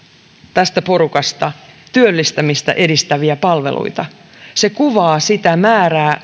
tästä porukasta työllistymistä edistäviä palveluita se kuvaa sitä määrää